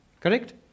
Correct